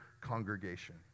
congregation